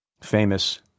famous